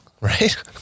Right